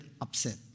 upset